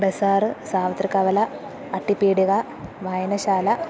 ബസാർ സാവിത്രിക്കവല അട്ടിപ്പീടിക വായനശാല